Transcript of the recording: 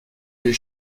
les